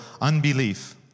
unbelief